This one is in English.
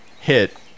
hit